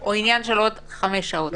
או עניין של עוד חמש שעות.